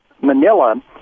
Manila